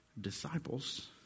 disciples